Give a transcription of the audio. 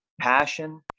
passion